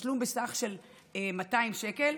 תשלום בסך 200 שקל,